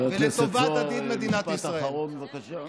ולטובת עתיד מדינת ישראל.